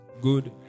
good